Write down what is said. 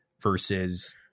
versus